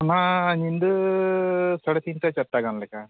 ᱚᱱᱟ ᱧᱤᱫᱟᱹᱻ ᱥᱟᱲᱮ ᱛᱤᱱᱴᱟ ᱪᱟᱨᱴᱟ ᱜᱟᱱ ᱞᱮᱠᱟ